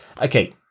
okay